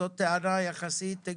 זו טענה הגיונית,